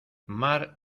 mar